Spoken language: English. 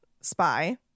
spy